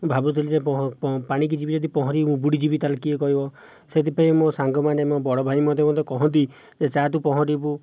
ଭାବୁଥିଲି ଯେ ପାଣିକି ଯିବି ଯଦି ପହଁରିବି ମୁଁ ବୁଡ଼ିଯିବି ତା' ହେଲେ କିଏ କହିବ ସେଥିପାଇଁ ମୋ' ସାଙ୍ଗମାନେ ମୋ' ବଡ଼ ଭାଇ ମଧ୍ୟ ମୋତେ କହନ୍ତି ଯେ ଯାଆ ତୁ ପହଁରିବୁ